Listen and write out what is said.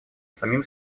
самим